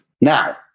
Now